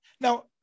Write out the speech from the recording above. now